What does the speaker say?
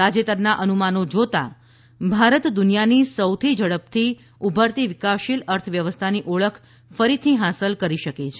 તાજેતરના અનુમાનો જોતા ભારત દુનિયાની સૌથી ઝડપથી ઉભરતી વિકાસશીલ અર્થવ્યવસ્થાની ઓળખ ફરીથી હાંસલ કરી શકે છે